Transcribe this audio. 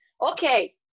Okay